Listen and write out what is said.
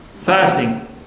fasting